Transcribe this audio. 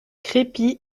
crépy